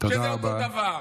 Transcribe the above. שזה אותו דבר?